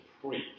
preach